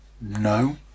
No